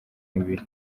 mubiri